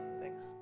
thanks